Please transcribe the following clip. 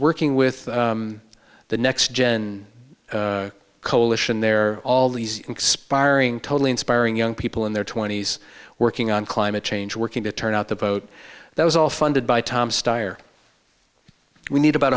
working with the next general coalition there are all these expiring totally inspiring young people in their twenty's working on climate change working to turn out the vote that was all funded by tom styer we need about